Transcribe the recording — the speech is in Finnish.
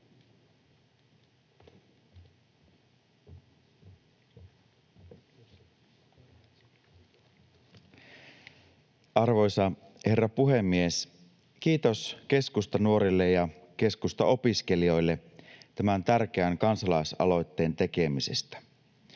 Arvoisa herra puhemies! Kiitos Keskustanuorille ja Keskustaopiskelijoille tämän tärkeän kansalaisaloitteen tekemisestä.